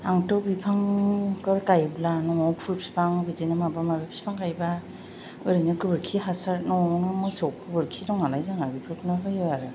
आंथ' बिफांफोर गायोब्ला न'आव फुल बिफां बिदिनो माबा माबि बिफां गायोबा ओरैनो गोबोरखि हासार न'आवनो मोसौ गोबोरखि दं नालाय जोंहा बेफोरखौनो होयो आरो